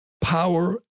power